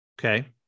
okay